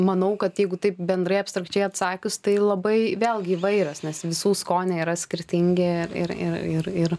manau kad jeigu taip bendrai abstrakčiai atsakius tai labai vėlgi įvairios nes visų skoniai yra skirtingi ir ir ir ir